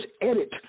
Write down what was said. edit